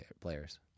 players